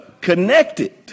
connected